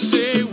Say